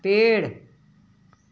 पेड़